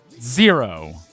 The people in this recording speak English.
Zero